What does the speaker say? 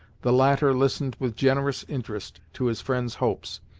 the latter listened with generous interest to his friend's hopes,